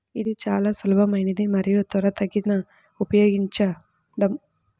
ఇది చాలా సులభమైనది మరియు త్వరితగతిన ఉపయోగించడం